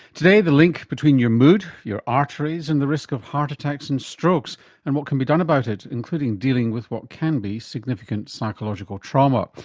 today the link between your mood, your arteries and the risk of heart attacks and strokes and what can be done about it, including dealing with what can be significant psychological trauma.